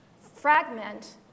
fragment